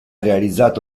realizzato